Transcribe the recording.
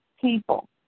people